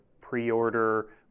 pre-order